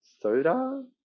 soda